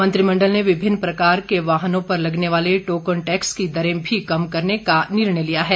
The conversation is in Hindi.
मंत्रिमंडल ने विभिन्न प्रकार के वाहनों पर लगने वाले टोकन टैक्स की दरें भी कम करने का निर्णय लिया है